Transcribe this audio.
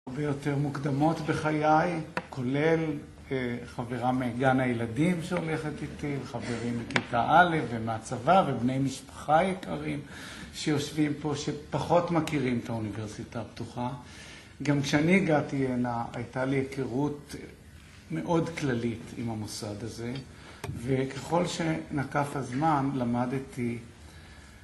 הרבה יותר מוקדמות בחיי, כולל חברה מגן הילדים שהולכת איתי וחברים מכיתה א' ומהצבא, ובני משפחה יקרים שיושבים פה שפחות מכירים את האוניברסיטה הפתוחה. גם כשאני הגעתי הנה הייתה לי הכירות מאוד כללית עם המוסד הזה, וככל שנקף הזמן למדתי